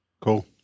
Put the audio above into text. Cool